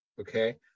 Okay